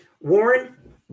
Warren